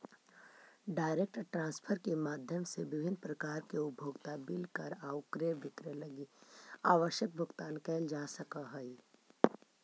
direct transfer के माध्यम से विभिन्न प्रकार के उपभोक्ता बिल कर आउ क्रय विक्रय लगी आवश्यक भुगतान कैल जा सकऽ हइ